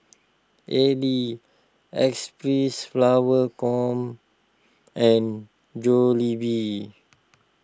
Elle Xpressflower Com and Jollibee